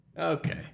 Okay